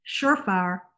surefire